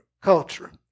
culture